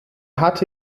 hatte